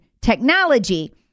technology